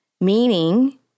meaning